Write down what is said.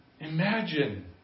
Imagine